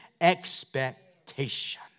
expectation